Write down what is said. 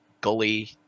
Gully